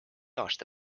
aasta